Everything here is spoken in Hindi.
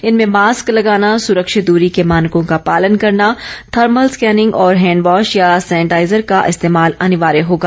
इनमें मास्क लगाना सुरक्षित दूरी के मानकों का पालन करना थर्मल स्कैनिंग और हैंडवॉश या सैनिटाइजर का इस्तेमाल अनिवार्य होगा